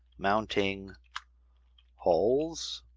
mounting holes.